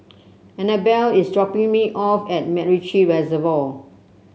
Anabel is dropping me off at MacRitchie Reservoir